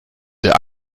der